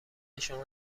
شما